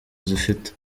zifite